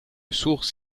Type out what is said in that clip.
source